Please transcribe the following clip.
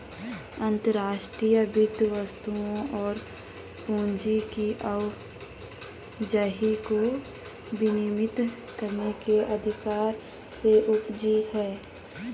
अंतर्राष्ट्रीय वित्त वस्तुओं और पूंजी की आवाजाही को विनियमित करने के अधिकार से उपजी हैं